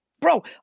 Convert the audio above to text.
Bro